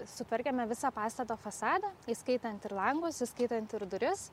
sutvarkėme visą pastato fasadą įskaitant ir langus įskaitant ir duris